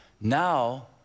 Now